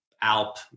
alp